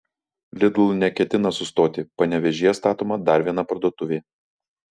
lidl neketina sustoti panevėžyje statoma dar viena parduotuvė